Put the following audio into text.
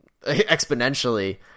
exponentially